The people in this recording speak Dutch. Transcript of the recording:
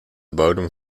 bodem